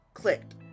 clicked